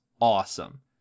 awesome